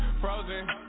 frozen